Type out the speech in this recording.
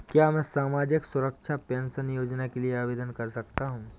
क्या मैं सामाजिक सुरक्षा पेंशन योजना के लिए आवेदन कर सकता हूँ?